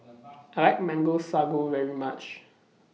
I like Mango Sago very much